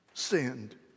sinned